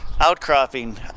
outcropping